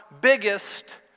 biggest